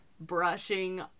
brushing